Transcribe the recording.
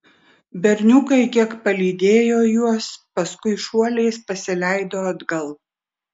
berniukai kiek palydėjo juos paskui šuoliais pasileido atgal